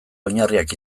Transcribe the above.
oinarriak